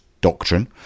doctrine